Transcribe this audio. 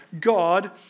God